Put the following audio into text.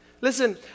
Listen